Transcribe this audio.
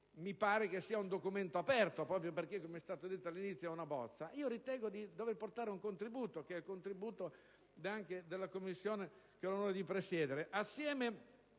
mi sembra un documento aperto, proprio perché, come è stato detto all'inizio, è una bozza, ritengo di dover portare un contributo che è anche quello della Commissione che ho l'onore di presiedere. Assieme